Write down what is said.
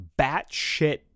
batshit